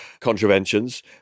contraventions